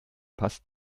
passt